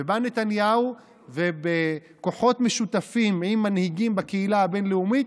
ובא נתניהו ובכוחות משותפים עם מנהיגים בקהילה הבין-לאומית